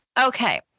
Okay